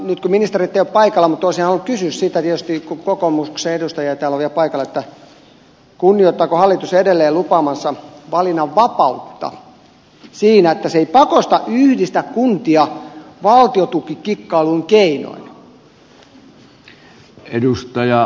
nyt ministerit eivät ole paikalla mutta olisin halunnut kysyä sitä tietysti kokoomuksen edustajia täällä on vielä paikalla kunnioittaako hallitus edelleen lupaamaansa valinnanvapautta siinä että se ei pakosta yhdistä kuntia valtiontukikikkailun keinoin